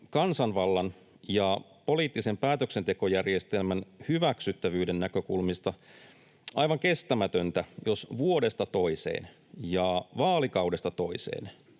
kansanvallan ja poliittisen päätöksentekojärjestelmän hyväksyttävyyden näkökulmista aivan kestämätöntä, jos vuodesta toiseen ja vaalikaudesta toiseen